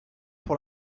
pour